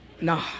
no